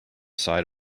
side